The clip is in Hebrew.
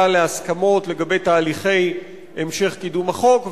להסכמות לגבי תהליכי המשך קידום החוק,